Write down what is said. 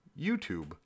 YouTube